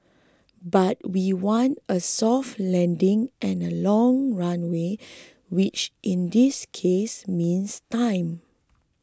but we want a soft landing and a long runway which in this case means time